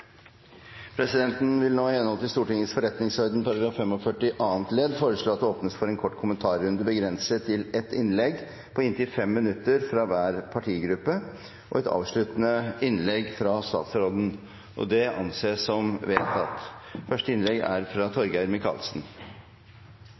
Presidenten vil nå i henhold til Stortingets forretningsordens § 45 andre ledd foreslå at det åpnes for en kort kommentarrunde, begrenset til ett innlegg på inntil 5 minutter fra hver partigruppe og et avsluttende innlegg fra statsråden. – Det anses vedtatt. Jeg er